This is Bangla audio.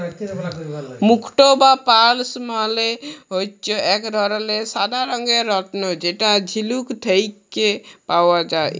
মুক্ত বা পার্লস মালে হচ্যে এক ধরলের সাদা রঙের রত্ন যেটা ঝিলুক থেক্যে পাওয়া যায়